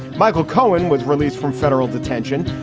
michael cohen was released from federal detention.